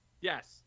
Yes